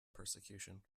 persecution